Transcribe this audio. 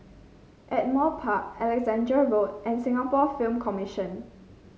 Ardmore Park Alexandra Road and Singapore Film Commission